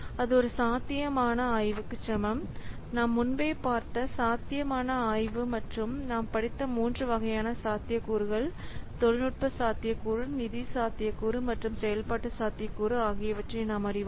அது ஒரு சாத்தியமான ஆய்வுக்கு சமம் நாம் முன்பே பார்த்த சாத்தியமான ஆய்வு மற்றும் நாம் படித்த மூன்று வகையான சாத்தியக்கூறுகள் தொழில்நுட்ப சாத்தியக்கூறு நிதி சாத்தியக்கூறு மற்றும் செயல்பாட்டு சாத்தியக்கூறு ஆகியவற்றை நாம் அறிவோம்